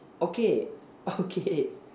okay okay